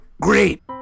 Great